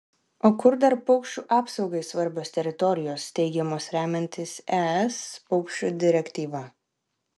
o kur dar paukščių apsaugai svarbios teritorijos steigiamos remiantis es paukščių direktyva